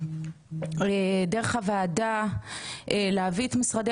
דרך הוועדה להביא את משרדי